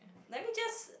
let me just